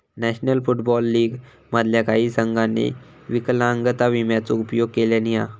national football league मधल्या काही संघांनी विकलांगता विम्याचो उपयोग केल्यानी हा